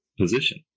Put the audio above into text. position